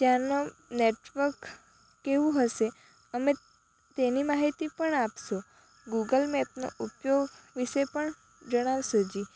ત્યાંનું નેટવર્ક કેવું હશે અમે તેની માહિતી પણ આપશો ગુગલ મેપનો ઉપયોગ વિશે પણ જણાવશોજી